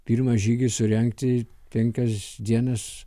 pirmą žygį surengti penkias dienas